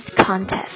Contest